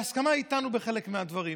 בהסכמה איתנו, בחלק מהדברים.